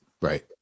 right